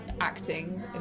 acting